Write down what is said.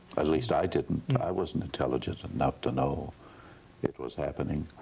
at least i didn't. i wasn't intelligent enough to know it was happening.